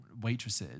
waitresses